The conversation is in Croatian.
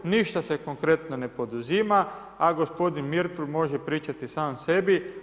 Ništa se konkretno ne poduzima, a gospodin Mirtl može pričati sam sebi.